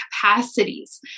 capacities